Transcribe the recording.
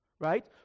right